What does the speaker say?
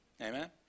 Amen